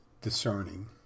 discerning